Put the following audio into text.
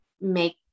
make